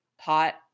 pot